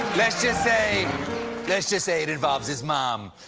let's just say let's just say it involves his mom.